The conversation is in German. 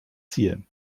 ziel